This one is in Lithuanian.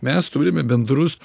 mes turime bendrus